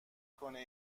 کنه